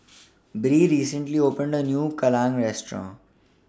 Bree recently opened A New Kalguksu Restaurant